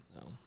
no